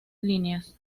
líneas